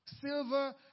Silver